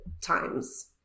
times